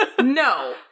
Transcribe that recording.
no